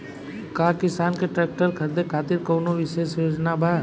का किसान के ट्रैक्टर खरीदें खातिर कउनों विशेष योजना बा?